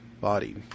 Body